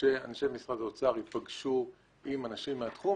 שאנשי משרד האוצר ייפגשו עם אנשים מהתחום?